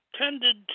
tended